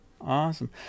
awesome